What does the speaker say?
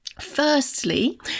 Firstly